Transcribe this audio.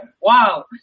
wow